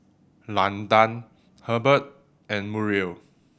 Landan Herbert and Muriel